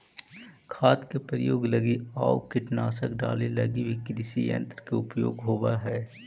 खाद के प्रयोग लगी आउ कीटनाशक डाले लगी भी कृषियन्त्र के उपयोग होवऽ हई